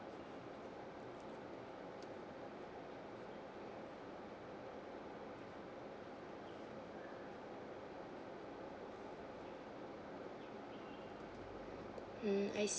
mm I see